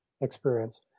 experience